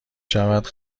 شود